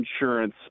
insurance